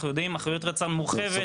אנחנו יודעים על אחריות יצרן מורחבת.